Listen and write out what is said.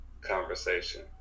conversation